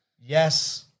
Yes